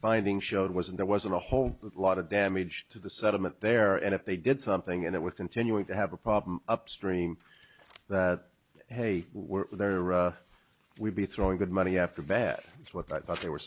finding showed wasn't there wasn't a whole lot of damage to the settlement there and if they did something and it was continuing to have a problem upstream that they were there we'd be throwing good money after bad that's what i thought they were